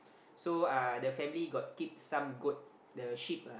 so uh the family got keep some goat the sheep ah